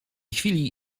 chwili